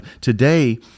today